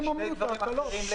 זה שני דברים אחרים לגמרי.